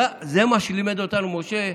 זה מה שלימד אותנו משה.